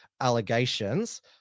allegations